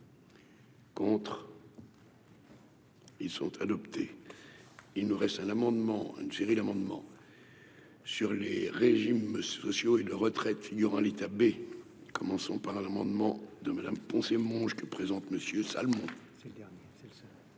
Contre. Ils sont adoptés, il nous reste un amendement l'amendement. Sur les régimes sociaux et de retraite durant l'étape B, commençons par amendement de Madame Poncet Monge, que présente Monsieur Salmon.